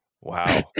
Wow